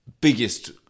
biggest